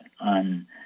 on